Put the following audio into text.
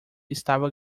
estava